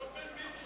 באופן בלתי שגרתי.